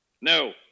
No